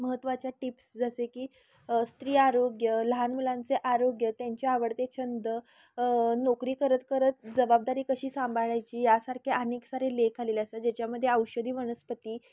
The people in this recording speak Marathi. महत्त्वाच्या टिप्स जसे की स्त्री आरोग्य लहान मुलांचे आरोग्य त्यांचे आवडते छंद नोकरी करत करत जबाबदारी कशी सांभाळायची याारखे अनेक सारे लेख आलेले असतात ज्याच्यामध्ये औषधी वनस्पती